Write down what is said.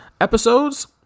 episodes